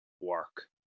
work